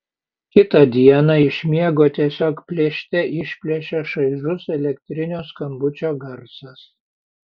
kitą dieną iš miego tiesiog plėšte išplėšia šaižus elektrinio skambučio garsas